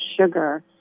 sugar